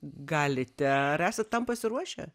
galite ar esat tam pasiruošę